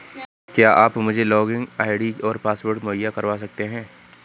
क्या आप मुझे लॉगिन आई.डी और पासवर्ड मुहैय्या करवा सकते हैं?